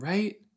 Right